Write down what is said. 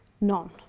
none